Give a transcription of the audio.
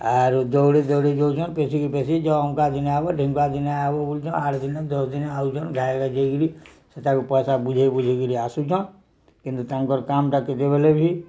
ଆରୁ ଦଉଡ଼ି ଦଉଡ଼ି ଦେଉଛନ୍ ପେଶିକି ପେଶିକି ସେ ଅମକା ଦିନେ ହବ ଢେମକା ଦିନେ ହବ ବୋଲୁଛନ୍ ଆଠ ଦିନେ ଦଶ ଦିନେ ଆଉଛନ୍ ଗାଈ ଗାଈ ଯାଇକିରି ସେ ତାକୁ ପଇସା ବୁଝେଇ ବୁଝେଇକିରି ଆସୁଛନ୍ କିନ୍ତୁ ତାଙ୍କର କାମଟା କେତେବେଳେ ବି